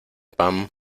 pan